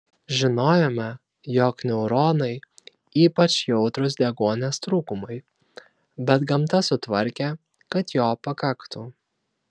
žinojome jog neuronai ypač jautrūs deguonies trūkumui bet gamta sutvarkė kad jo pakaktų